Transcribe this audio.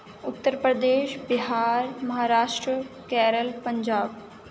Uttar Pradesh Bihar Maharashtra Kerala Punjab